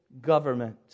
government